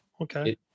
Okay